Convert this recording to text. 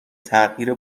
تغییر